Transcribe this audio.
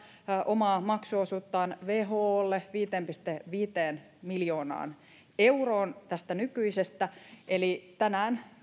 omaa maksuosuuttaan wholle viiteen pilkku viiteen miljoonaan euroon tästä nykyisestä eli tänään